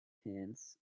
pants